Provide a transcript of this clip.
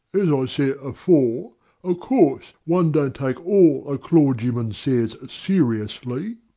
as i said afore, of course one don't take all a clorgyman says seriously,